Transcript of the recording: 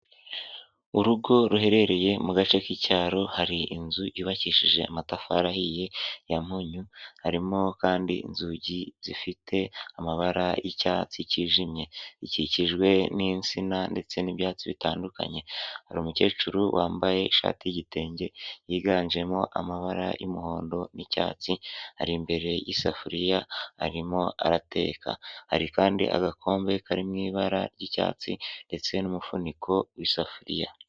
Urugo ruherereye mu gace k'icyaro hari inzu yubakishije amatafari ahiye ya munnyu harimo kandi inzugi zifite amabara y'icyatsi kijimye ikikijwe n'insina ndetse n'ibyatsi bitandukanye hari umukecuru wambaye ishati'igitenge yiganjemo amabara y'umuhondo n'icyatsi ari imbere y'isafuriya arimo arateka hari kandi agakombe karirimo ibara ry'icyatsi ndetse n'umufuniko w'isafuriya.